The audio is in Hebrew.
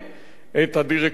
את הדירקטוריון,